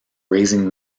raising